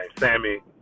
Sammy